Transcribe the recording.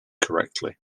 correctly